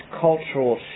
cultural